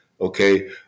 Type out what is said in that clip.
Okay